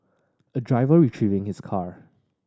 a driver retrieving his car